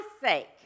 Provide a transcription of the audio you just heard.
sake